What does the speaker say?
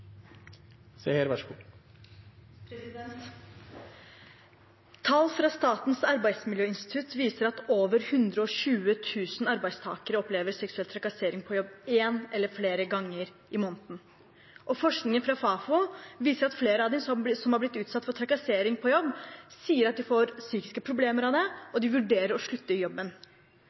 Tall fra Statens arbeidsmiljøinstitutt viser at over 120 000 arbeidstakere opplever seksuell trakassering på jobb en eller flere ganger i måneden. Forskningen fra Fafo viser at flere av dem som har blitt utsatt for trakassering på jobb, sier at de få psykiske problemer av det, og de vurderer å slutte i jobben.